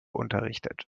unterrichtet